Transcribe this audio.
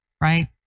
right